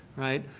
right.